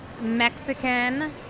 Mexican